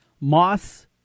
Moss